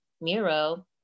Miro